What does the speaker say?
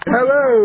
Hello